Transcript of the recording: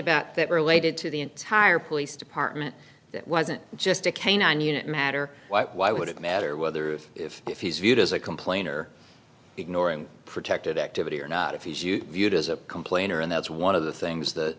about that related to the entire police department that wasn't just a canine unit matter why would it matter whether if if he's viewed as a complainer ignoring protected activity or not if you viewed as a complainer and that's one of the things th